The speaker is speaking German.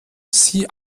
sie